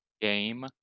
Game